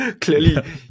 clearly